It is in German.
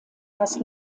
das